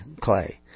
clay